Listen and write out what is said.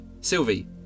Sylvie